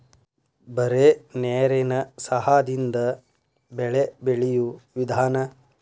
ಬರೇ ನೇರೇನ ಸಹಾದಿಂದ ಬೆಳೆ ಬೆಳಿಯು ವಿಧಾನಾ